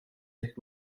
ehk